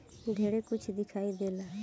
ढेरे कुछ दिखाई देला